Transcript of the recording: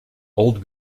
old